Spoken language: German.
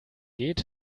geht